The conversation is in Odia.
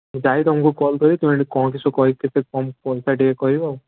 ମୁଁ ଯାଇକି ତୁମକୁ କଲ୍ କରିବି ତୁମେ ସେଠି କ'ଣ କିସ କହିକି କେତେ କମ୍ ପଇସା ଟିକେ କହିବ ଆଉ